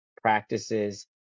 practices